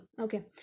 Okay